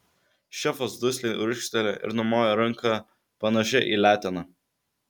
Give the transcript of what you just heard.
šefas dusliai urgztelėjo ir numojo ranka panašia į leteną